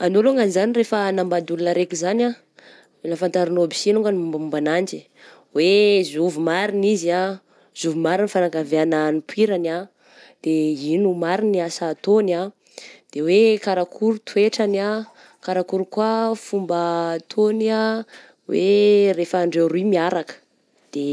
Anao longany zany rehefa hanambady olona raika zany ah, mila fantarinao aby sy longany ny mombamomba ananjy, hoe zovy marigna izy ah, zovy marigna fianakaviagna nipoirany ah, de ino marigna ny asa ataogny ah, de hoe karakory toetrany ah, karakory koa fomba ataony ah, hoe rehefa andreo roy miaraka de.